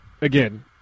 again